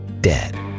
Dead